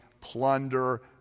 plunder